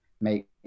make